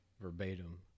verbatim